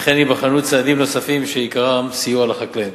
וכן ייבחנו צעדים נוספים שעיקרם סיוע לחקלאים.